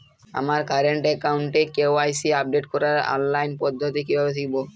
আমার কারেন্ট অ্যাকাউন্টের KYC update করার অনলাইন পদ্ধতি কীভাবে শিখব?